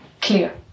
clear